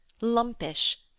lumpish